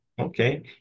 Okay